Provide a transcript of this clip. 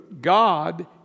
God